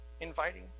inviting